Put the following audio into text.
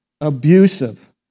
abusive